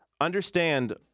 understand